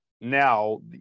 now